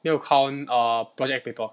没有 count err project paper